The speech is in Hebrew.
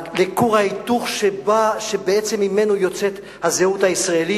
לכור ההיתוך שממנו בעצם יוצאת הזהות הישראלית.